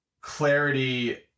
clarity